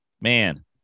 man